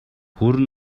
хүрэн